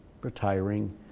retiring